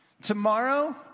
Tomorrow